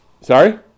sorry